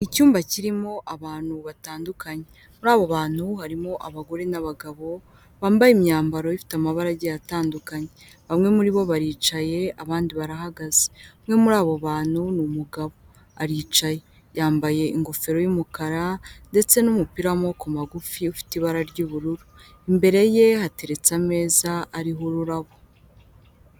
Icyumba kirimo abantu batandukanye muri abo bantu harimo abagore n'abagabo bambaye imyambaro ifite amabara agiye atandukanye. Bamwe muri bo baricaye abandi barahagaze umwe muri abo bantu ni umugabo aricaye. Yambaye ingofero y’umukara ndetse n'umupira w’amaboko magufi ufite ibara ry'ubururu. Imbere ye hateretse ameza ariho ururabo.